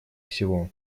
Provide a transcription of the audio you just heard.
всего